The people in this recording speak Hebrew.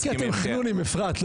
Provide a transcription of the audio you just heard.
זה כי אתם חנונים, אפרת.